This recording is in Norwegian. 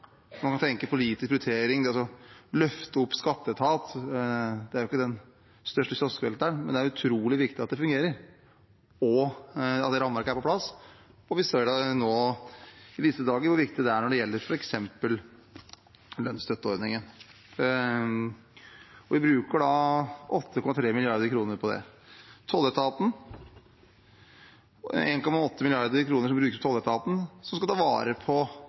det å løfte opp skatteetaten den største kioskvelteren, men det er utrolig viktig at det fungerer, og at rammeverket er på plass. Vi ser det nå i disse dager, hvor viktig det er når det gjelder f.eks. lønnsstøtteordningen. Vi bruker 8,3 mrd. kr på det. Det brukes 1,8 mrd. kr på tolletaten, som skal ta vare på